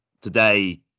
today